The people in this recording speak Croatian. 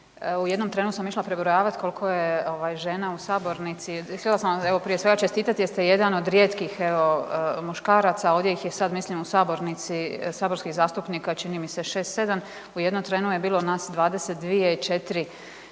u jednom trenu sam išla prebrojavati koliko je žena u sabornici. Htjela sam prije svega čestiti jer ste jedan od rijetkih muškaraca, ovdje ih je sad mislim u sabornici saborskih zastupnika čini mi se 6, 7 u jednom trenu je bilo nas 22 i